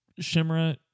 shimra